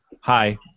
Hi